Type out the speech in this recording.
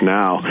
now